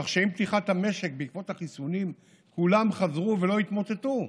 כך שעם פתיחת המשק בעקבות החיסונים כולם חזרו ולא התמוטטו.